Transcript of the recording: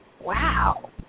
wow